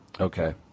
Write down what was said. Okay